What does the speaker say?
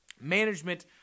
Management